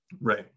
right